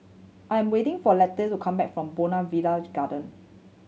I'm waiting for Letty to come back from Bougainvillea Garden